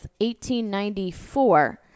1894